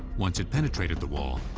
once it penetrated the wall,